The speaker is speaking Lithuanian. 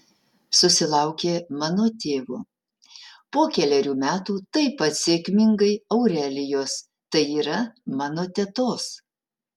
susilaukė mano tėvo po kelerių metų taip pat sėkmingai aurelijos tai yra mano tetos